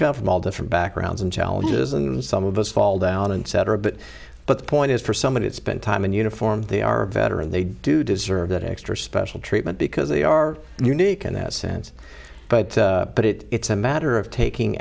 come from all different backgrounds and challenges and some of us fall down and cetera but but the point is for somebody to spend time in uniform they are a veteran they do deserve that extra special treatment because they are unique in that sense but but it it's a matter of taking